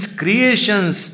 creations